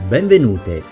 Benvenute